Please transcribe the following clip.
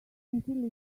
until